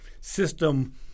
system